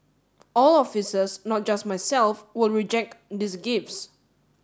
all officers not just myself will reject these gifts